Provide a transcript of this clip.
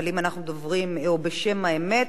אבל אם אנחנו מדברים בשם האמת,